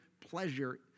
pleasure